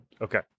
okay